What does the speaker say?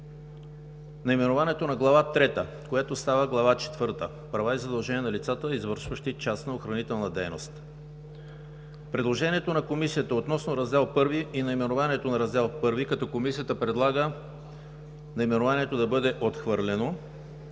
наименованието на Глава трета, която става Глава четвърта „Права и задължения на лицата, извършващи частна охранителна дейност“; предложението на Комисията относно Раздел I и наименованието на Раздел I, като Комисията предлага наименованието да бъде отхвърлено